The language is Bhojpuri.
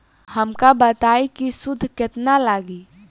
हमका बताई कि सूद केतना लागी?